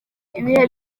ibihe